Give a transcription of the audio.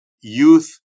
youth